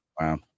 Wow